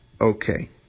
okay